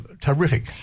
terrific